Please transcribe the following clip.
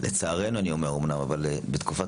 אומנם אני אומר לצערנו אבל בתקופת